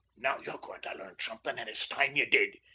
now ye're goin' to learn something, an' it's time ye did.